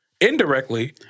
Indirectly